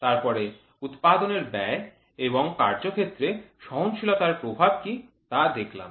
তারপরে উৎপাদনের ব্যয় এবং কার্যক্ষেত্রে সহনশীলতার প্রভাব কি তা দেখলাম